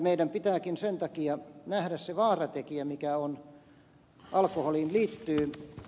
meidän pitääkin sen takia nähdä se vaaratekijä mikä alkoholiin liittyy